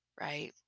Right